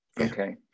Okay